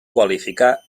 qualificar